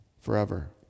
forever